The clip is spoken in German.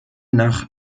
nach